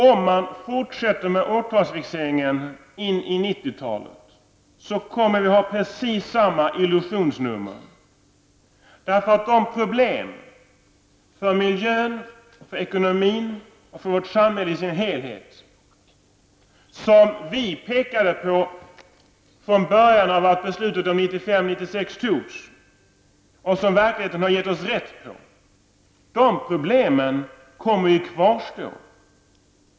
Om man fortsätter med årtalsfixeringen in i 90 talet, så kommer vi att ha precis samma illusionsnummer. I samband med att beslutet om 1995/96 fattades, pekade vi från början på problem för miljön, för ekonomin och för samhället i dess helhet -- och verkligheten har gett oss rätt. De problemen kommer ju att kvarstå.